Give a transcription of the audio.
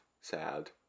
sad